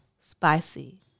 spicy